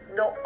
no